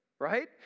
Right